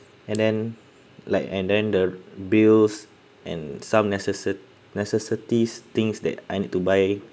and then like and then the bills and some necessa~ necessities things that I need to buy